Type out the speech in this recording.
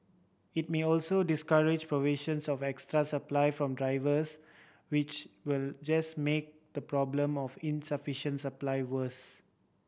it may also discourage provisions of extra supply from drivers which will just make the problem of insufficient supply worse